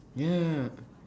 ya